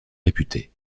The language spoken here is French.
réputée